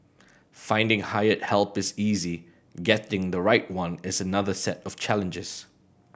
finding hired help is easy getting the right one is another set of challenges